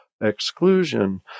exclusion